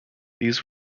these